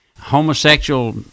homosexual